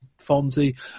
Fonzie